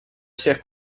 всех